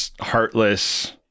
heartless